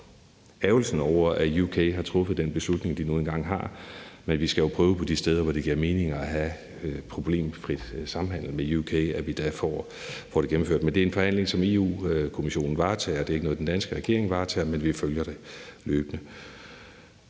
ærgrelsen over, at U.K. har truffet den beslutning, de nu engang har truffet. Men vi skal jo prøve på de steder, hvor det giver mening, at have en problemfri samhandel med U.K., og at vi der får det gennemført. Men det er ikke en forhandling, som den danske regering varetager, men som Europa-Kommissionen varetager, men vi følger det løbende.